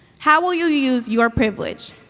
how will you use your privilege?